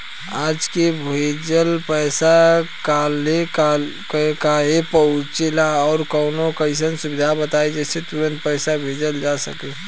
आज के भेजल पैसा कालहे काहे पहुचेला और कौनों अइसन सुविधा बताई जेसे तुरंते पैसा भेजल जा सके?